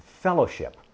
fellowship